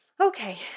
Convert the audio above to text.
okay